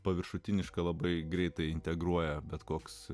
paviršutiniška labai greitai integruoja bet koks